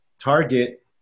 target